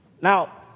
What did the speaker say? Now